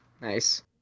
Nice